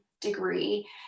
degree